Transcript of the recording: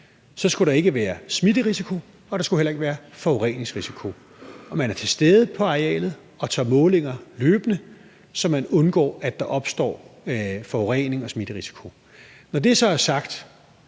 skulle der ikke være smitterisiko, og der skulle heller ikke være forureningsrisiko. Man er til stede på arealet og tager målinger løbende, så man undgår, at der opstår forurening og smitterisiko. Når det så er sagt,